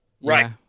Right